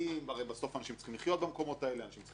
הרי בסוף אנשים צריכים לחיות במקום הזה, להתפרנס.